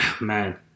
Man